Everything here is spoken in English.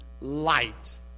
light